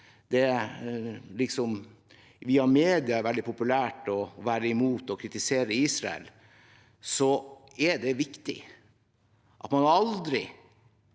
det via mediene er veldig populært å være imot og kritisere Israel, er det viktig at man aldri